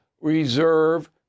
reserve